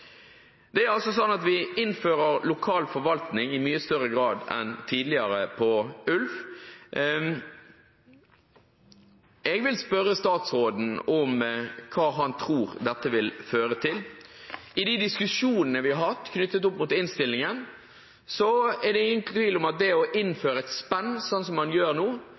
Vi innfører altså lokal forvaltning i mye større grad enn tidligere når det gjelder ulv. Jeg vil spørre statsråden om hva han tror dette vil føre til. I de diskusjonene vi har hatt i forbindelse med innstillingen, er det ingen tvil om at det å innføre et spenn sånn som man gjør nå,